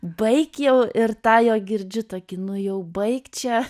baik jau ir tą jo girdžiu tokį nu jau baik čia